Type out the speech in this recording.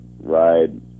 ride